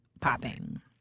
popping